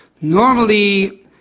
Normally